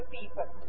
people